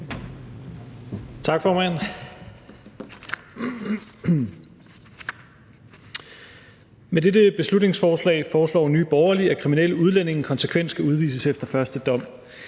Tak, formand. Med dette beslutningsforslag foreslår Nye Borgerlige, at kriminelle udlændinge konsekvent skal udvises efter første dom.